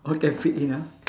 all can fit in ah